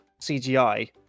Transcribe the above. CGI